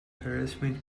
harassment